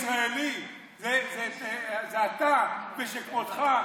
בקונסנזוס הישראלי זה אתה ושכמותך,